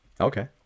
Okay